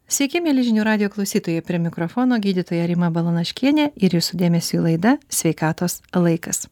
sveiki mieli žinių radijo klausytojai prie mikrofono gydytoja rima balanaškienė ir jūsų dėmesiui laida sveikatos laikas